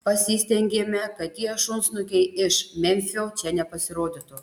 pasistengėme kad tie šunsnukiai iš memfio čia nepasirodytų